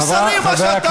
זה לא מוסרי מה שאתה עושה.